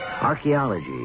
Archaeology